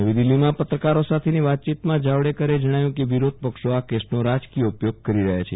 નવી દિલ્ફીમાં પત્રકારો સાથેથી વાયચીતમાં જાવડેકરે જણાવ્યુ કે વિરોધપક્ષો આ કેસનો રાજકીય ઉપયોગ કરી રહ્યા છે